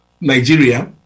Nigeria